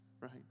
right